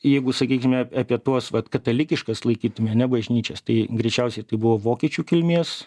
jeigu sakykime apie tuos vat katalikiškas laikytume bažnyčias tai greičiausiai tai buvo vokiečių kilmės